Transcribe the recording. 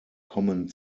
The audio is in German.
kommen